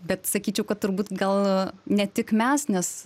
bet sakyčiau kad turbūt gal ne tik mes nes